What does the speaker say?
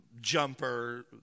jumper